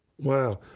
Wow